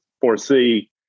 foresee